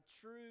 true